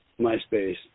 MySpace